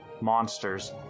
monsters